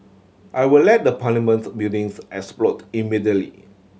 I will let the Parliaments buildings explode immediately